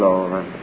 Lord